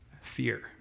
fear